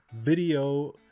video